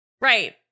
Right